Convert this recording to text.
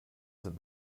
sind